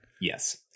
Yes